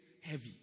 heavy